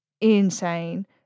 insane